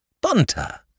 Bunter